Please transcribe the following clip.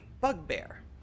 bugbear